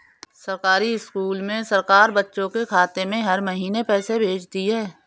सरकारी स्कूल में सरकार बच्चों के खाते में हर महीने पैसे भेजती है